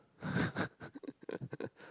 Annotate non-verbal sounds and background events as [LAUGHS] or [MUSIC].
[LAUGHS]